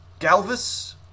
Galvis